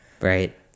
Right